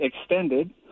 extended